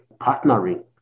partnering